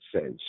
says